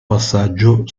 passaggio